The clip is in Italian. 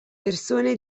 persone